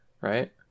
right